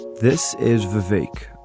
this is vic.